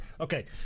Okay